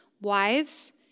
Wives